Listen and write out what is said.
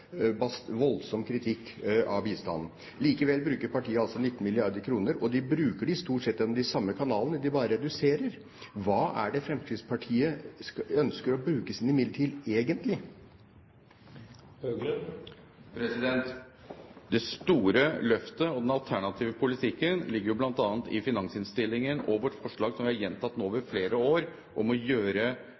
voldsom kritikk av bistanden. Likevel bruker partiet altså 19 mrd. kr, og de bruker dem stort sett gjennom de samme kanalene, de bare reduserer. Hva er det Fremskrittspartiet ønsker å bruke sine midler til, egentlig? Det store løftet og den alternative politikken ligger jo bl.a. i finansinnstillingen og i vårt forslag – som vi har gjentatt nå over flere år – om å gjøre